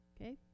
Okay